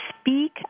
speak